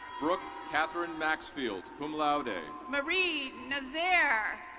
brooke catherine maxfield, cum laude. ah marie nazaire.